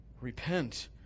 Repent